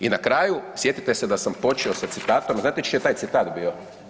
I na kraju, sjetite se da sam počeo s citatom, a znate čiji je taj citat bio?